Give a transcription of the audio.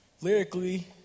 Lyrically